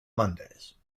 mondays